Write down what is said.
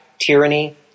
tyranny